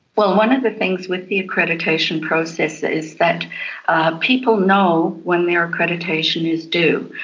well, one of the things with the accreditation process is that people know when their accreditation is due.